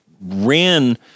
ran